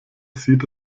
sieht